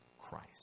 Christ